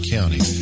County